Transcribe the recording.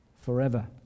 forever